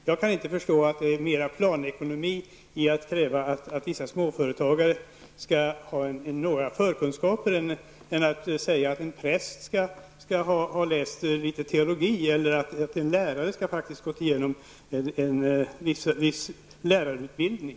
Jag kan inte förstå att det innebär mer planekonomi att kräva att vissa småföretagare skall ha några förkunskaper än att säga att en präst skall ha läst litet teologi eller att en lärare faktiskt skall ha gått i genom en viss lärarutbildning.